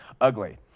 ugly